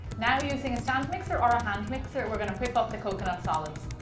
now using a stand mixer or a hand mixer, we're going to whip up the coconut solids.